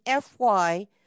FY